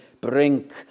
brink